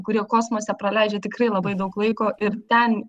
kurie kosmose praleidžia tikrai labai daug laiko ir ten